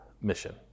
mission